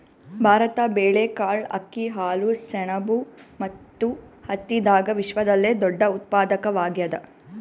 ಭಾರತ ಬೇಳೆಕಾಳ್, ಅಕ್ಕಿ, ಹಾಲು, ಸೆಣಬು ಮತ್ತು ಹತ್ತಿದಾಗ ವಿಶ್ವದಲ್ಲೆ ದೊಡ್ಡ ಉತ್ಪಾದಕವಾಗ್ಯಾದ